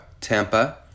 Tampa